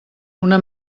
una